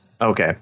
Okay